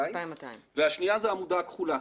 והשנייה היא העמודה הכחולה,